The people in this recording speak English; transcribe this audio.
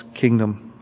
kingdom